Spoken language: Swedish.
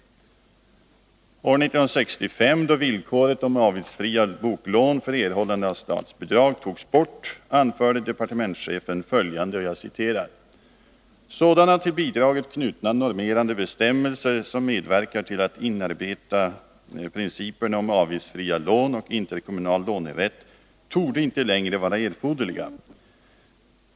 År 1965, då villkoret avgiftsfria boklån för erhållande av statsbidrag togs bort, anförde departementschefen följande: ”Sådana till bidraget knutna normerande bestämmelser som medverkat till att inarbeta principerna om avgiftsfria lån och interkommunal lånerätt torde inte längre vara erforderliga.